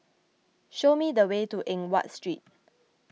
show me the way to Eng Watt Street